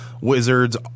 wizards